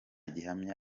gihamya